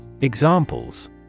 Examples